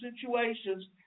situations